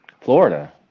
Florida